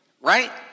Right